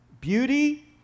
beauty